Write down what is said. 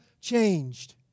changed